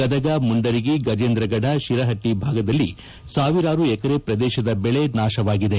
ಗದಗ ಮುಂಡರಗಿ ಗಜೇಂದ್ರಗಢ ಶಿರಹಟ್ಟಿ ಭಾಗದಲ್ಲಿ ಸಾವಿರಾರು ಎಕರೆ ಪ್ರದೇಶದ ಬೆಳೆ ನಾಶವಾಗಿದೆ